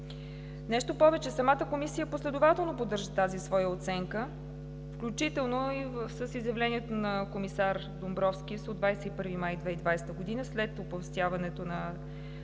Нещо повече, самата Комисия последователно поддържа тази своя оценка, включително и с изявлението на комисар Домбровскис от 21 май 2020 г., след оповестяването на